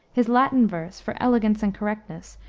his latin verse, for elegance and correctness,